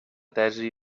tesi